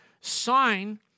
sign